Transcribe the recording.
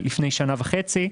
לפני שנה וחצי,